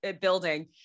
building